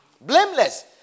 Blameless